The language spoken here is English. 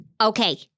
Okay